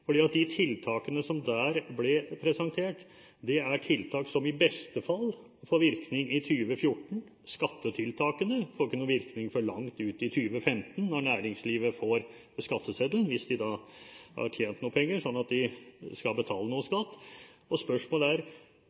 De tiltakene som da ble presentert, er tiltak som i beste fall får virkning i 2014. Skattetiltakene får ikke noen virkning før langt ute i 2015, når næringslivet får skatteseddelen – hvis de da har tjent noen penger, slik at de skal betale skatt. Spørsmålet er: